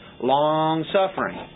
long-suffering